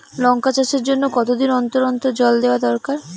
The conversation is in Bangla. লঙ্কা চাষের জন্যে কতদিন অন্তর অন্তর জল দেওয়া দরকার?